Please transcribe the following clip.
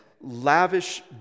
lavish